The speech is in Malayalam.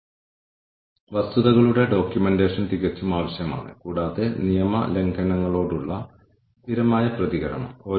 ലീവ് അപേക്ഷകൾ പ്രോസസ്സ് ചെയ്യുന്നതിന് ആവശ്യമായ സമയം ഇത് വെട്ടിക്കുറയ്ക്കുന്നുണ്ടോ ഇല്ലയോ